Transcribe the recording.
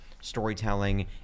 storytelling